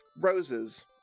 roses